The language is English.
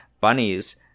bunnies